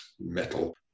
metal